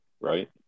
right